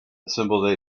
assembled